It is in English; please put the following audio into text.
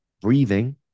breathing